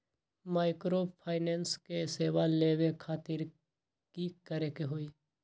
Microfinance के सेवा लेबे खातीर की करे के होई?